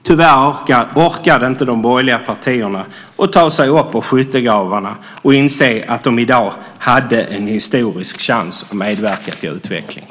Tyvärr orkade inte de borgerliga partierna ta sig upp ur skyttegravarna och inse att de i dag hade en historisk chans att medverka till utvecklingen.